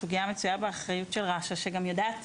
הסוגיה מצויה באחריות של רש"א שגם יודעת